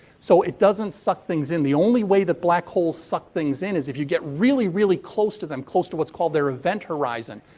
so, it doesn't suck things in. the only way that black holes suck things in is if you get really, really close to them. close to what's called their event horizon,